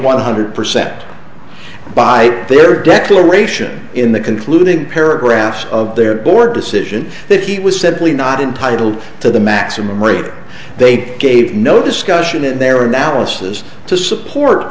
one hundred percent by their declaration in the concluding paragraphs of their board decision that it was said lee not intitled to the maximum rate they gave no discussion in their analysis to support